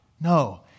No